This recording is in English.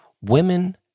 Women